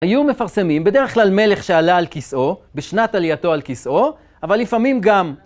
היו מפרסמים, בדרך כלל מלך שעלה על כסאו, בשנת עלייתו על כסאו, אבל לפעמים גם...